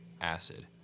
acid